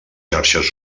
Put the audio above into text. xarxes